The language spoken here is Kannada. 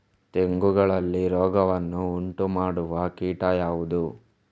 ತೆಂಗುಗಳಲ್ಲಿ ರೋಗವನ್ನು ಉಂಟುಮಾಡುವ ಕೀಟ ಯಾವುದು?